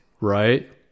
right